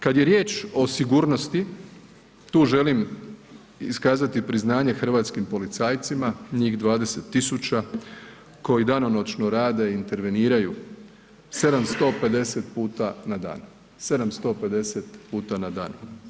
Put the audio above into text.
Kad je riječ o sigurnosti, tu želim iskazati priznanje hrvatskim policajcima, njih 20.000 koji danonoćno rade, interveniraju 750 puta na dan, 750 puta na dan.